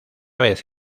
vez